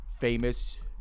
famous